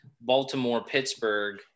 Baltimore-Pittsburgh